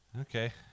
Okay